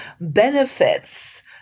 benefits